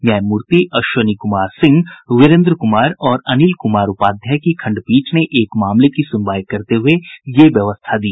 न्यायमूर्ति अश्विनी कुमार सिंह वीरेंद्र कुमार और अनिल कुमार उपाध्याय की खंडपीठ ने एक मामले की सुनवाई करते हुये ये व्यवस्था दी